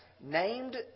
named